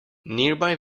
nearby